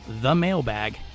themailbag